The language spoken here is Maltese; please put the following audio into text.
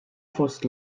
fost